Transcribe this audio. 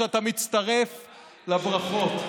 שאתה מצטרף לברכות.